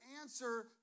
answer